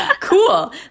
cool